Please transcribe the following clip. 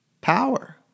power